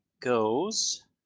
goes